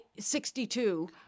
62